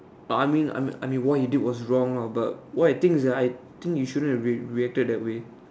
I mean I mean I mean what he did is wrong lah but what I think is you shouldn't have re~ reacted that way